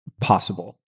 possible